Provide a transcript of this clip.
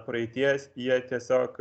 praeities jie tiesiog